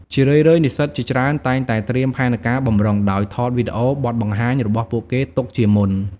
ជារឿយៗ និស្សិតជាច្រើនតែងតែត្រៀមផែនការបម្រុង ដោយថតវីដេអូបទបង្ហាញរបស់ពួកគេទុកជាមុន។